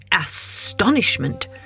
astonishment